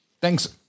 Thanks